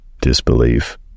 disbelief